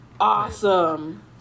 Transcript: Awesome